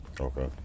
Okay